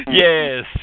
Yes